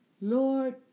Lord